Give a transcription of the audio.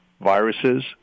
viruses